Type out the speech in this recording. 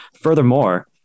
Furthermore